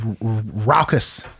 raucous